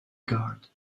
guard